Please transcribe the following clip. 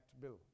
Bill